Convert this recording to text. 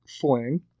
fling